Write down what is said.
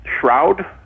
shroud